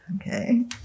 Okay